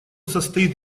состоит